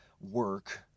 work